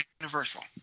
universal